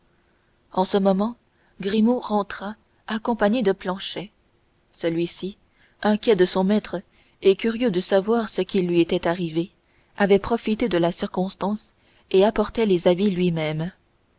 en ce moment grimaud rentra accompagné de planchet celui-ci inquiet de son maître et curieux de savoir ce qui lui était arrivé avait profité de la circonstance et apportait les habits lui-même